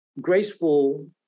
graceful